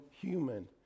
human